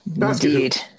Indeed